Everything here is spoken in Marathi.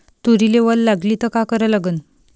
तुरीले वल लागली त का करा लागन?